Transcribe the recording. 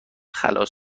خلاص